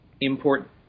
import